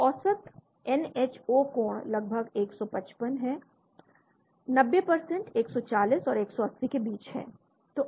औसत N H O कोण लगभग 155 है 90 140 और 180 के बीच स्थित है